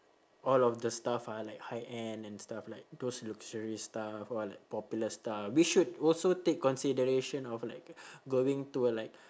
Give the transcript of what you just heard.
all of the stuff are like high end and stuff like those luxurious stuff or like popular stuff we should also take consideration of like going to uh like